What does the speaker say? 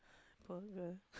poor girl